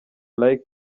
like